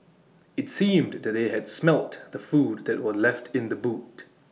IT seemed that they had smelt the food that were left in the boot